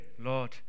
Lord